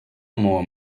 more